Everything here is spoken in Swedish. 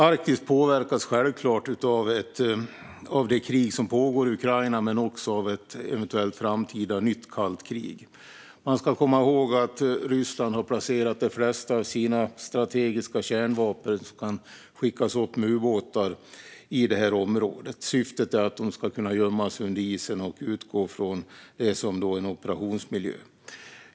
Arktis påverkas självklart av det krig som pågår i Ukraina men också av ett eventuellt framtida nytt kallt krig. Man ska komma ihåg att Ryssland har placerat de flesta av sina strategiska kärnvapen som kan skickas upp med ubåtar i det här området. Syftet är att de ska kunna gömmas under isen och utgå från dem som operationsmiljö.